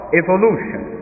evolution